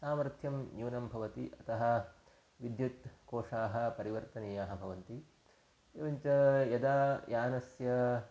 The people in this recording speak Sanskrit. सामर्थ्यं न्यूनं भवति अतः विद्युत् कोशाः परिवर्तनीयाः भवन्ति एवञ्च यदा यानस्य